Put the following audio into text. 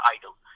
idol